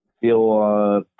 feel